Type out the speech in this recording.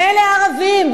מילא הערבים,